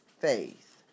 faith